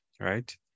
right